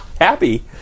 Happy